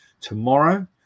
tomorrow